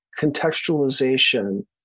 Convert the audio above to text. contextualization